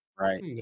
Right